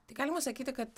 tai galima sakyti kad